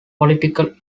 political